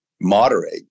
moderate